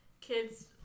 kids